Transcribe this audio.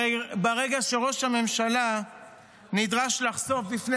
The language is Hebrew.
הרי ברגע שראש הממשלה נדרש לחשוף בפני